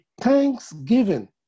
thanksgiving